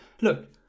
Look